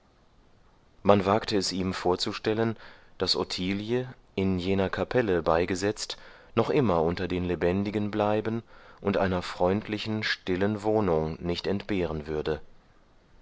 man wagte es ihm vorzustellen daß ottilie in jener kapelle beigesetzt noch immer unter den lebendigen bleiben und einer freundlichen stillen wohnung nicht entbehren würde